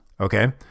Okay